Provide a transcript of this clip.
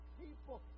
people